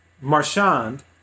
Marchand